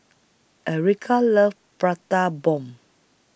Erika loves Prata Bomb